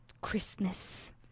Christmas